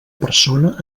persona